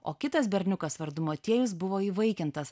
o kitas berniukas vardu motiejus buvo įvaikintas